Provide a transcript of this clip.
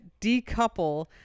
decouple